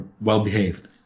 well-behaved